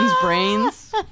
brains